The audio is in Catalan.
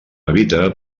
habita